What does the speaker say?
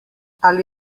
ali